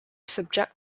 subject